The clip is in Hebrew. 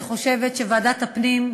אני חושבת שוועדת הפנים,